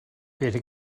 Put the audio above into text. better